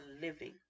living